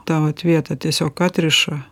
tą vat vietą tiesiog atriša